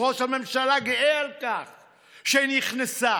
ראש הממשלה גאה על כך שהיא נכנסה.